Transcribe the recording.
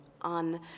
on